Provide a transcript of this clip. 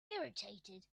irritated